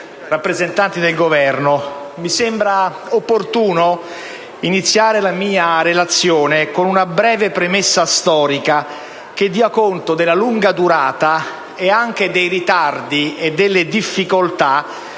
signori rappresentanti del Governo, mi sembra opportuno iniziare la mia relazione con una breve premessa storica che dia conto della lunga durata e anche dei ritardi e delle difficoltà